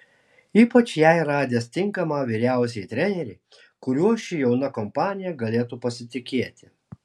ypač jai radęs tinkamą vyriausiąjį trenerį kuriuo ši jauna kompanija galėtų pasitikėti